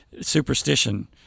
Superstition